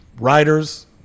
writers